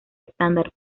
estándar